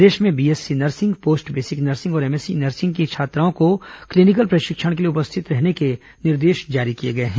प्रदेश में BSc nursing post basic nursing और MSc nursing की छात्राओं को क्लीनिकल प्रशिक्षण के लिए उपस्थित रहने के निर्देश जारी किए गए हैं